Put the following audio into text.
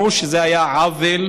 ברור שזה היה עוול,